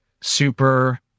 super